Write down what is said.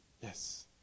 Yes